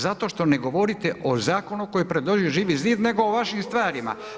Zato što ne govorite o zakonu koji je predložio Živi zid nego o vašim stvarima.